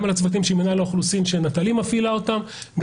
גם על הצוותים של מינהל האוכלוסין שנטלי מפעילה אותם.